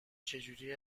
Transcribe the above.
چجوری